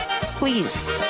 Please